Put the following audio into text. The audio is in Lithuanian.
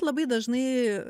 labai dažnai